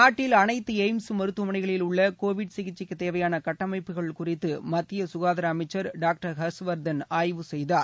நாட்டில் அனைத்து எய்ம்ஸ் மருத்துவமனைகளில் உள்ள கோவிட் சிகிச்சைக்கு தேவையான கட்டமைப்புகள் குறித்து மத்திய சுகாதார அமைச்சர் டாக்டர் ஹர்ஷ்வர்தன் ஆய்வு செய்தார்